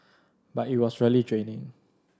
but it was really draining